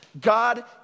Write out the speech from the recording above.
God